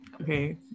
Okay